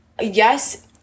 yes